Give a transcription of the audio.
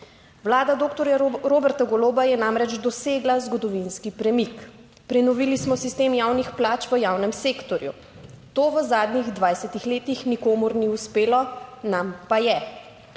Vlada doktorja Roberta Goloba je namreč dosegla zgodovinski premik. Prenovili smo sistem javnih plač v javnem sektorju. To v zadnjih 20 letih nikomur ni uspelo, nam pa je.